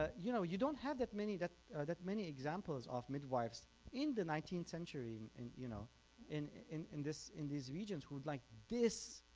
ah you know you don't have that many that that many examples of midwives in the nineteenth century you know in in in this in these regions would like this